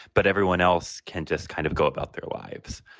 but everyone else can just kind of go about their lives.